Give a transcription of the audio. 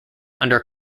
under